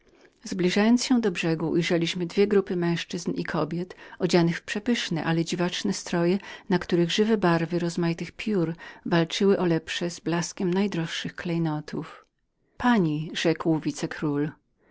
zbliżając się do brzegu ujrzeliśmy dwie czeredy męzczyzn i kobiet odzianych w przepyszne ale dziwaczne stroje na których żywe barwy rozmaitych piór walczyły o blask z najdroższemi klejnotami pani rzekł